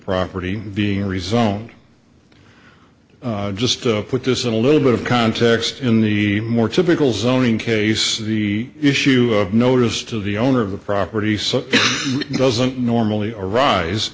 property being rezoned just put this in a little bit of context in the more typical zoning case the issue of notice to the owner of the property so it doesn't normally arise